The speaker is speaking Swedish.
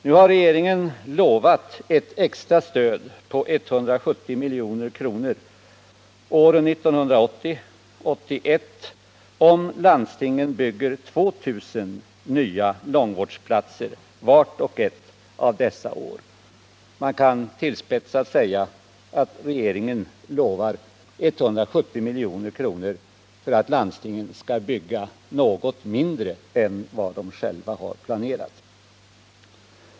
Nu har regeringen lovat extra stöd med 170 milj.kr. åren 1980-1981 om landstingen bygger 2 000 nya långvårdsplatser vart och ett av dessa år. Man kan tillspetsat säga att regeringen lovar 170 milj.kr. för att landstingen skall bygga något mindre än vad de själva har planerat.